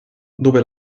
dove